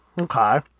Okay